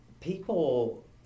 people